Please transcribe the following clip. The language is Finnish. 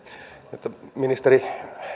ministeri